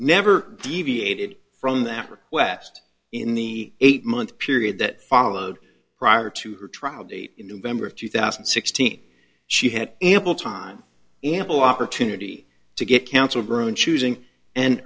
never deviated from that request in the eight month period that followed prior to her trial date in november of two thousand and sixteen she had ample time ample opportunity to get counsel grown choosing and